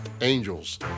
angels